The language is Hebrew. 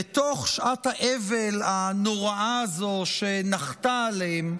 בתוך שעת האבל הנוראה הזו, שנחתה עליהם,